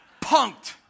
Punked